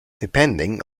depending